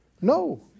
No